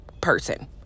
person